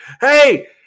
hey